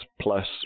plus